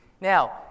Now